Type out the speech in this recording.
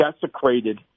desecrated –